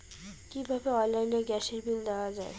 কিভাবে অনলাইনে গ্যাসের বিল দেওয়া যায়?